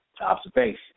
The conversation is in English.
observation